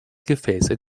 gefäße